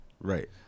Right